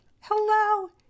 Hello